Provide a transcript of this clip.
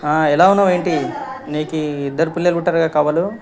ఎలా ఉన్నావ్ ఏంటి నీకు ఇద్దరు పిల్లలు పుట్టారుగా కవలలు